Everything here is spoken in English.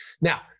Now